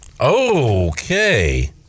Okay